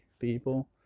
people